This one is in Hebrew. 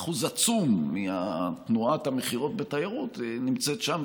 שיעור עצום מתנועת המכירות בתיירות נמצאת שם,